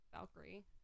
Valkyrie